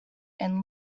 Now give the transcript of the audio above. and